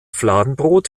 fladenbrot